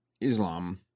Islam